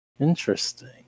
interesting